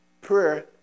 prayer